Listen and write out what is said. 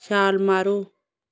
ਛਾਲ ਮਾਰੋ